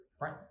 Right